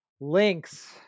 Links